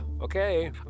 Okay